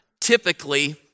typically